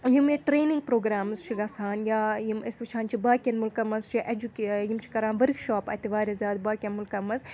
یِم ییٚتہِ training programmes چھِ گَژھان یا یِم أسۍ وٕچھان چھِ باقٕیَن مٕلکَن منٛز چھِ اؠجُک یِم چھِ کران ؤرٕک شاپ اَتہِ واریاہ زیادٕ باقٕیَن مٕلکَن منٛز